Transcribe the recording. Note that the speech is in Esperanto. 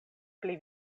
pli